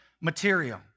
material